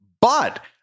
But-